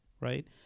right